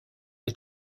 est